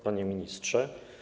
Panie Ministrze!